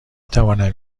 توانم